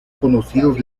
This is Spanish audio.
conocidos